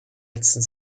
letzten